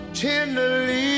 tenderly